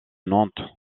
nantes